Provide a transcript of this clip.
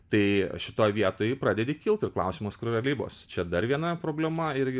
tai šitoj vietoj pradedi kilt ir klausimas kur yra libos čia dar viena problema irgi